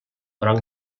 però